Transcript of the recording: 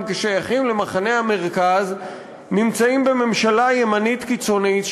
שייכים למחנה המרכז נמצאים בממשלה ימנית קיצונית,